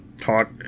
talk